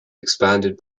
expanded